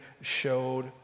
showed